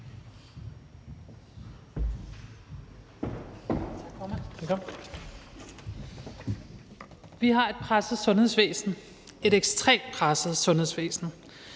Vi har et presset sundhedsvæsen – et ekstremt presset sundhedsvæsen.